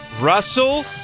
Russell